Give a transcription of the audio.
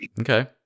Okay